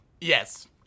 Yes